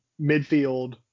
midfield